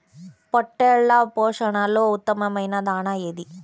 పొట్టెళ్ల పోషణలో ఉత్తమమైన దాణా ఏది?